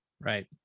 Right